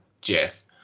Jeff